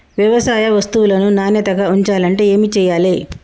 వ్యవసాయ వస్తువులను నాణ్యతగా ఉంచాలంటే ఏమి చెయ్యాలే?